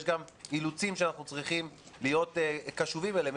יש גם אילוצים שאנחנו צריכים להיות קשובים אליהם.